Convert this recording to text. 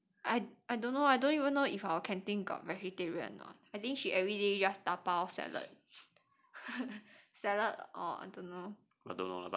I I don't know I don't even know if our canteen got vegetarian or I think she everyday just dabao salad salad or I don't know